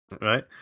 right